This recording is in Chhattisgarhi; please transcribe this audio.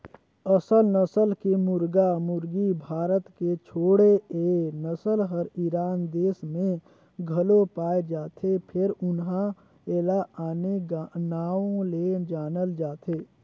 असेल नसल के मुरगा मुरगी भारत के छोड़े ए नसल हर ईरान देस में घलो पाये जाथे फेर उन्हा एला आने नांव ले जानल जाथे